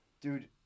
dude